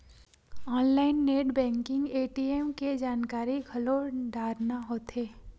online net banking ATM के जानकारी घलो डारना होथे